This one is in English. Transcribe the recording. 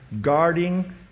guarding